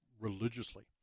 religiously